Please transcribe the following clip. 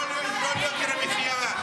לא יוקר המחיה,